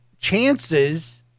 chances